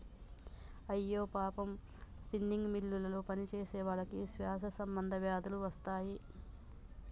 అయ్యో పాపం స్పిన్నింగ్ మిల్లులో పనిచేసేవాళ్ళకి శ్వాస సంబంధ వ్యాధులు వస్తాయి